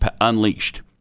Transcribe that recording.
unleashed